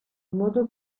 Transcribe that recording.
modo